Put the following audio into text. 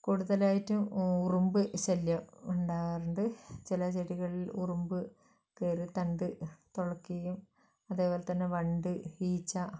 കൂടുതലായിട്ടും ഉറുമ്പ് ശല്യം ഉണ്ടാവാറുണ്ട് ചില ചെടികളിൽ ഉറുമ്പ് കയറി തണ്ട് തുളയ്ക്കുകയും അതേപോലെത്തന്നെ വണ്ട് ഈച്ച